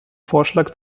vorschlag